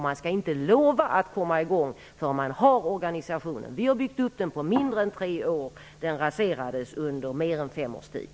Man skall inte lova att komma i gång förrän man har organisationen klar. Vi har byggt upp den på mindre än tre år. Den raserades under mer än fem års tid.